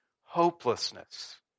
hopelessness